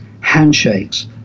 handshakes